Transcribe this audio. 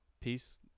Peace